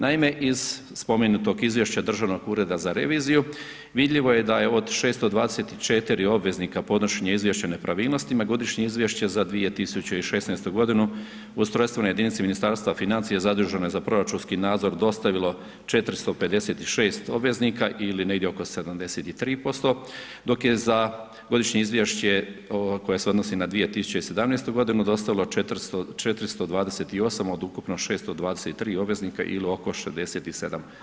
Naime iz spomenutog izvješća Državnog ureda za reviziju, vidljivo je da je od 624 obveznika podnošenje izvješća o nepravilnostima, godišnje izvješće za 2016. g. ustrojstveni jedinici u Ministarstva financija zaduženo je za proračunski nadzor dostavilo 456 obveznika ili negdje oko 73% dok je za godišnje izvješće koje se odnosi na 2017. godinu dostavilo 428 od ukupno 623 obveznika ili oko 67%